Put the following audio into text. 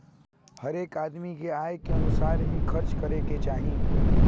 हरेक आदमी के आय के अनुसार ही खर्चा करे के चाही